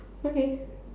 okay